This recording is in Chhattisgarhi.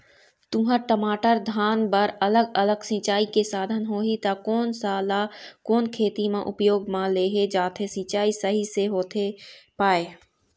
तुंहर, टमाटर, धान बर अलग अलग सिचाई के साधन होही ता कोन सा ला कोन खेती मा उपयोग मा लेहे जाथे, सिचाई सही से होथे पाए?